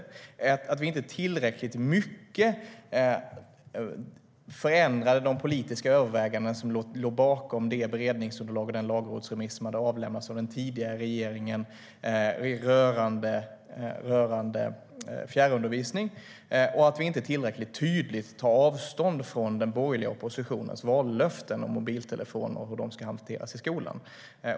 Hon kritiserade också att vi inte tillräckligt mycket har förändrat de politiska överväganden som låg bakom det beredningsunderlag och den lagrådsremiss som avlämnades av den tidigare regeringen rörande fjärrundervisning samt att vi inte tillräckligt tydligt tar avstånd från den borgerliga oppositionens vallöften om hur mobiltelefoner ska hanteras i skolan.